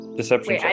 Deception